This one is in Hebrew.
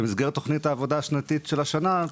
במסגרת תוכנית העבודה של השנה הנוכחית,